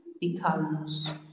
becomes